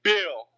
Bill